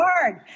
hard